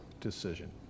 decision